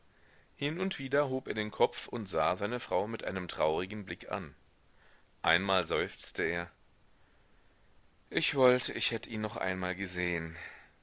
hin und wieder hob er den kopf und sah seine frau mit einem traurigen blick an einmal seufzte er ich wollt ich hätte ihn noch einmal gesehen